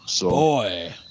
Boy